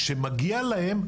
שמגיע להם,